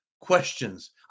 questions